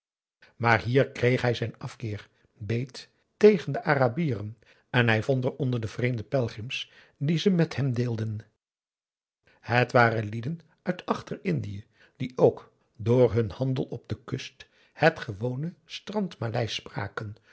maar hier kreeg hij zijn afkeer beet tegen de arabieren en hij vond er onder de vreemde pelgrims die ze met hem deelden het waren lieden uit achter indië die ook door hun handel op de kust het gewone strandmaleisch spraken